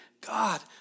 God